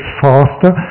faster